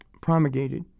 promulgated